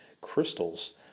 crystals